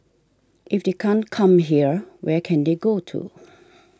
if they can't come here where can they go to